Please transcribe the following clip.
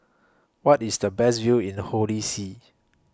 What IS The Best View in Holy See